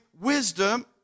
wisdom